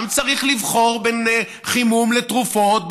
גם צריך לבחור בין חימום לתרופות,